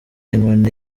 inkoni